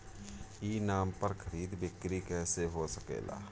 ई नाम पर खरीद बिक्री कैसे हो सकेला?